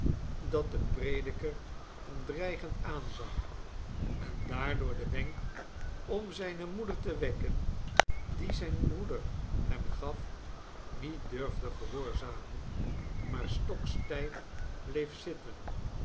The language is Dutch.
dat de prediker hem dreigend aanzag en daardoor den wenk om zijne moeder te wekken dien zijn i broeder hem gaf niet durfde gehoorzamen maar stokstijf bleef zitten